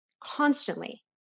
Constantly